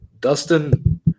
Dustin